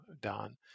Don